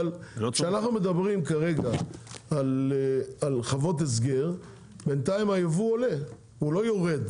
אבל כשאנחנו מדברים כרגע על חוות הסגר בינתיים היבוא עולה הוא לא יורד,